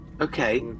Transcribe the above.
okay